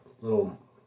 little